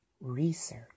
research